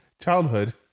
childhood